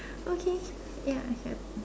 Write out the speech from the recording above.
okay ya your